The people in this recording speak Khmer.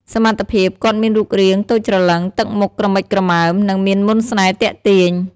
សមត្ថភាព គាត់មានរូបរាងតូចច្រឡឹង ទឹកមុខក្រមិចក្រមើម និងមានមន្តស្នេហ៍ទាក់ទាញ។